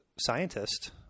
scientist